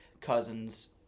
Cousins